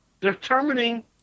determining